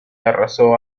arrasó